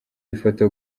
ifoto